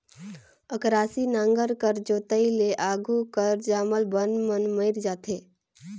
अकरासी नांगर कर जोताई ले आघु कर जामल बन मन मइर जाथे